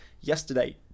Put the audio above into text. yesterday